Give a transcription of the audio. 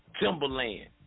Timberland